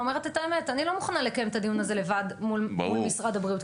אומרת את האמת: אני לא מוכנה לקיים את הדיון הזה לבד מול משרד הבריאות.